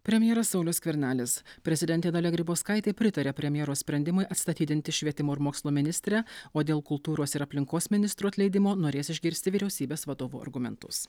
premjeras saulius skvernelis prezidentė dalia grybauskaitė pritaria premjero sprendimui atstatydinti švietimo ir mokslo ministrę o dėl kultūros ir aplinkos ministrų atleidimo norės išgirsti vyriausybės vadovų argumentus